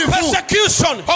Persecution